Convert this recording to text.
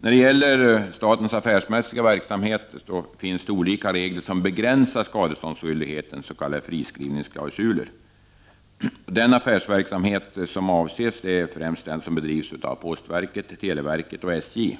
För statens affärsmässiga verksamhet finns olika regler som begränsar skadeståndsskyldigheten, s.k. friskrivningsklausuler. Den affärsverksamhet som avses är främst den som bedrivs av postverket, televerket och SJ.